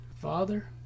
Father